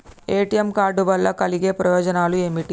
ATM card వల్ల కలిగే ప్రయోజనాలు ఏమిటి?